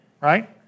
right